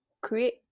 create